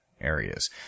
areas